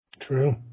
True